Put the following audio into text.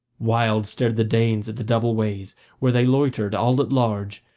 wild stared the danes at the double ways where they loitered, all at large,